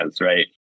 Right